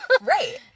Right